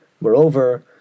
Moreover